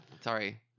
Sorry